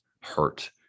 hurt